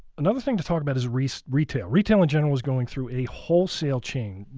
another thing to talk about is retail. retail retail in general is going through a wholesale chain.